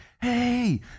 hey